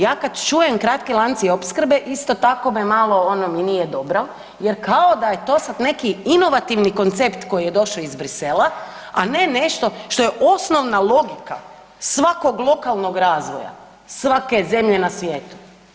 Ja kad čujem kratki lanci opskrbe isto tako me malo me ono nije mi dobro jer kao da je to sad neki inovativni koncept koji je došao iz Bruxellesa, a ne nešto što je osnovna logika svakog lokalnog razvoja, svake zemlje na svijetu.